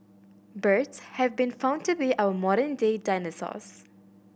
birds have been found to be our modern day dinosaurs